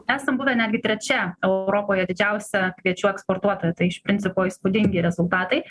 esam buvę netgi trečia europoje didžiausia kviečių eksportuotoja tai iš principo įspūdingi rezultatai